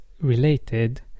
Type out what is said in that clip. related